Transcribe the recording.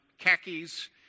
khakis